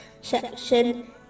section